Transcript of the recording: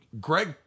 Greg